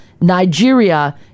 nigeria